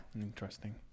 interesting